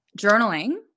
journaling